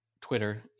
Twitter